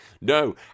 No